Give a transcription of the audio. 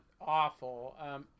awful